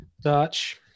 Dutch